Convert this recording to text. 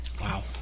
Wow